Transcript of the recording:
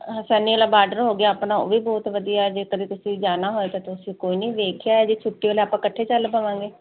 ਹੁਸੈਨੀ ਵਾਲਾ ਬਾਰਡਰ ਹੋ ਗਿਆ ਆਪਣਾ ਉਹ ਵੀ ਬਹੁਤ ਵਧੀਆ ਜੇਕਰ ਤੁਸੀਂ ਜਾਣਾ ਹੋਵੇ ਤਾਂ ਤੁਸੀਂ ਕੋਈ ਨਹੀਂ ਵੇਖਿਆ ਜੇ ਛੁੱਟੀ ਵੇਲੇ ਆਪਾਂ ਇਕੱਠੇ ਚੱਲ ਪਾਵਾਂਗੇ